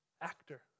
actor